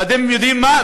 ואתם יודעים מה?